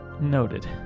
Noted